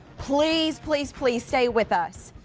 please, please please stay with us.